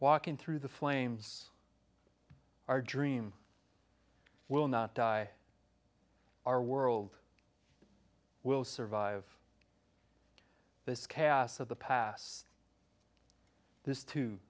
walking through the flames our dream will not die our world will survive this chaos of the pass this too